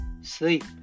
sleep